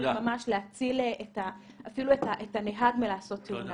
זה יכול ממש להציל אפילו את הנהג מלעשות תאונה.